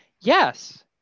yes